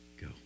go